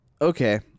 okay